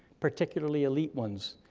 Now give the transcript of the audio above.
particularly elite ones,